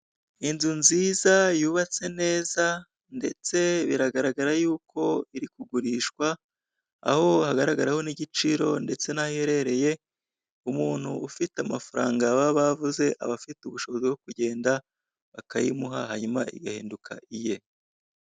Inzu nziza yubatse neza, ndetse biragaragara y'uko iri kugurishwa, aho hagaragararaho n'igiciro ndetse n'aho iherereye, umuntu ufite amafaranga baba bavuze, abafite ubushobozi bwo kugenda bakayimuha, hanyuma igahinduka iye.